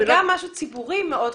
זה גם משהו ציבורי מאוד חזק.